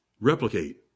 Replicate